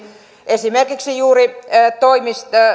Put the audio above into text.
esimerkiksi juuri